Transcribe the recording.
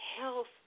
health